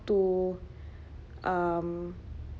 to um